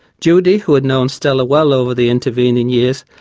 judy, who had known stella well over the intervening years,